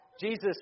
Jesus